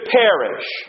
perish